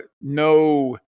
no